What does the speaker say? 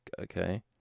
okay